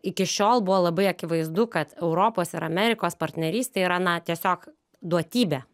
iki šiol buvo labai akivaizdu kad europos ir amerikos partnerystė yra na tiesiog duotybė